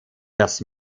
das